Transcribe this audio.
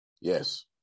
Yes